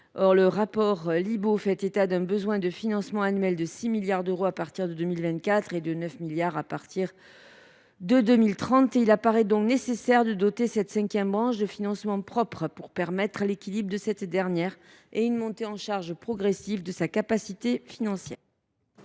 or le rapport Libault fait état d’un besoin de financement annuel de 6 milliards d’euros à partir de 2024 et de 9 milliards d’euros à partir de 2030. Il apparaît donc nécessaire de doter cette cinquième branche de financements propres pour permettre son équilibre et une montée en charge progressive de sa capacité financière.